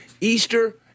Easter